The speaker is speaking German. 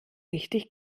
richtig